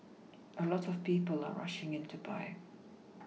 a lot of people are rushing in to buy